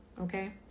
Okay